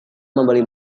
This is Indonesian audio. membeli